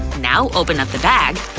now open up the bag,